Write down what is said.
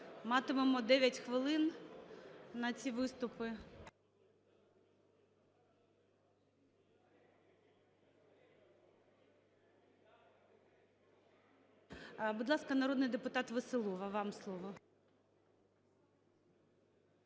Матимемо 9 хвилин на ці виступи. Будь ласка, народний депутатВеселова, вам слово.